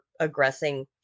aggressing